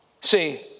See